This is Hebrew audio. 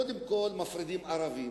קודם כול מפרידים ערבים.